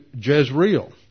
Jezreel